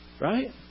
Right